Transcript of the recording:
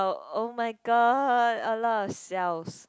oh-my-God a lot of xiaos